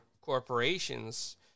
corporations